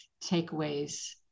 takeaways